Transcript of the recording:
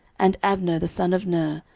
and abner the son of ner,